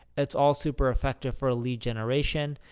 it's all super effective for lead generation.